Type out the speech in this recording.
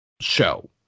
show